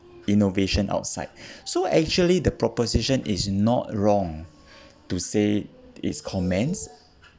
innovation outside so actually the proposition is not wrong to say his comments